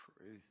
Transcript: truth